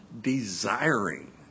desiring